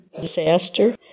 disaster